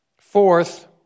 Fourth